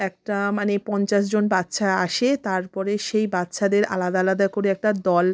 একটা মানে পঞ্চাশজন বাচ্চা আসে তার পরে সেই বাচ্চাদের আলাদা আলাদা করে একটা দল